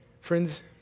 Friends